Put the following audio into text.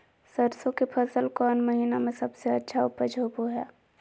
सरसों के फसल कौन महीना में सबसे अच्छा उपज होबो हय?